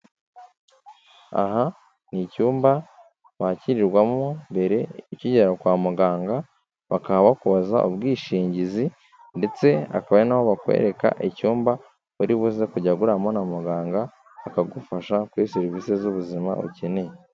Aha ni icyumba wakirwamo mbere ukigera kwa muganga bakaba bakubaza ubwishingizi ndetse hakaba ari na ho bakwereka icyumba uri buze kujya guhuriramo na muganga akagufasha kuri serivisi z'ubuzima ukeneye.